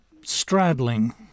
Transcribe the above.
straddling